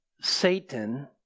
Satan